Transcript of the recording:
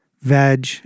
veg